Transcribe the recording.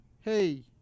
hey